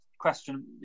question